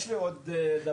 יש לי עוד דקה.